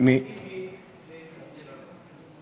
ביבי וליברמן.